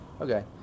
Okay